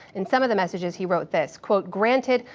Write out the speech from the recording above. in some of the messages, he wrote this quote granted,